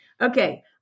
Okay